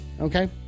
Okay